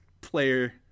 player